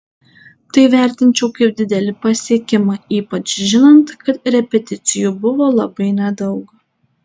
tai vertinčiau kaip didelį pasiekimą ypač žinant kad repeticijų buvo labai nedaug